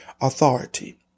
authority